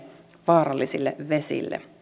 vaarallisille vesille